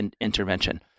intervention